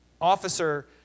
officer